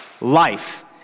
Life